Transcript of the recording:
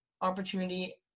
opportunity